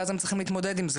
ואז הם צריכים להתמודד עם זה.